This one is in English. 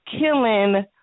killing